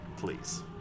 Please